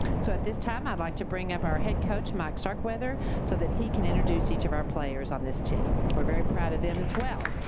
so at this time, i'd like to bring up our head coach, mike starkweather, so that he can introduce each of our players on this team. we're very proud of them, as well.